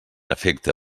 efecte